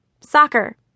Soccer